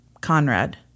Conrad